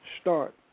start